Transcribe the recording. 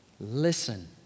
listen